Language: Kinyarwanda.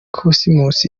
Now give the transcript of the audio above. cosmos